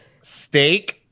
Steak